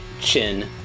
chin